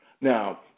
Now